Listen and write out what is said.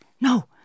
No